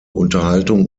unterhaltung